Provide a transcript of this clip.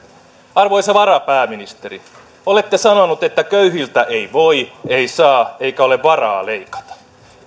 arvoisa varapääministeri olette sanonut että köyhiltä ei voi ei saa eikä ole varaa leikata